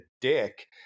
dick